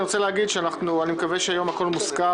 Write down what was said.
אני רוצה להגיד שהיום הכול מוסכם,